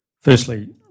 firstly